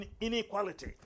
inequality